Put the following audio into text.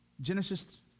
Genesis